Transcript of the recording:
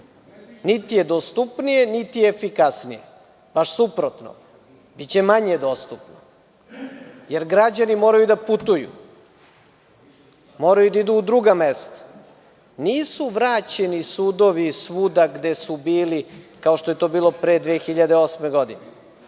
Niti je dostupnije, niti je efikasnije. Baš suprotno, biće manje dostupno, jer građani moraju da putuju, moraju da idu u druga mesta. Nisu vraćeni sudovi svuda gde su bili, kao što je to bilo pre 2008. godine.